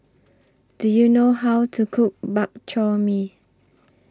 Do YOU know How to Cook Bak Chor Mee